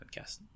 podcast